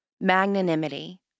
magnanimity